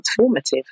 transformative